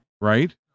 right